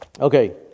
Okay